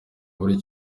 buri